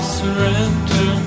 surrender